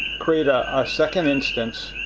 create a second instance,